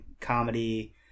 comedy